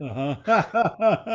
huh.